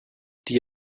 die